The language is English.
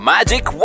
Magic